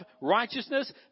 righteousness